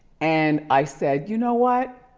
and i said, you know what,